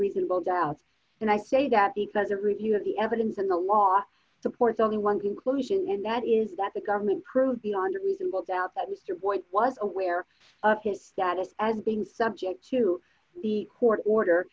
reasonable doubt and i say that because a review of the evidence in the law supports only one conclusion and that is that the government proved beyond a reasonable doubt that mr boyd was aware of his status as being subject to the court order